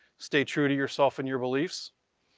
stay true to yourself and your beliefs.